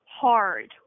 hard